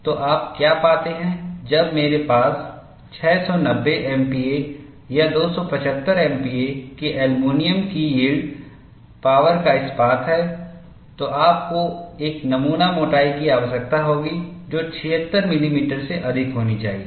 तो आप क्या पाते हैं जब मेरे पास 690 एमपीए या 275 एमपीए के एल्यूमीनियम की यील्ड पावर का इस्पात है तो आपको एक नमूना मोटाई की आवश्यकता होगी जो 76 मिलीमीटर से अधिक होनी चाहिए